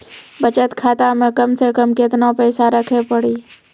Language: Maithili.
बचत खाता मे कम से कम केतना पैसा रखे पड़ी?